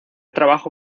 trabajo